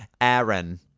aaron